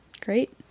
Great